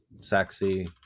sexy